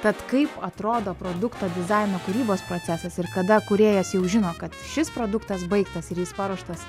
tad kaip atrodo produkto dizaino kūrybos procesas ir kada kūrėjas jau žino kad šis produktas baigtas ir jis paruoštas